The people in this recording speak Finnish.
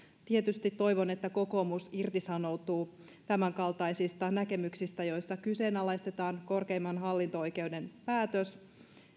tietysti toivon että kokoomus irtisanoutuu tämänkaltaisista näkemyksistä joissa kyseenalaistetaan korkeimman hallinto oikeuden päätös